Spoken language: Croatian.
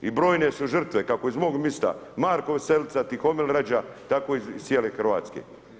I brojne su žrtve kako iz mog mista Marko VEselica, Tihomil Rađa tako iz cijele Hrvatske.